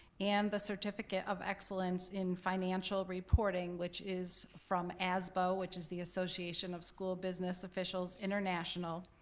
and the certificate of excellence in financial reporting, which is from asbo, which is the association of school business officials international,